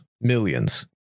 millions